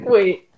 Wait